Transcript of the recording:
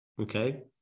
okay